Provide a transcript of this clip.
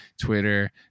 Twitter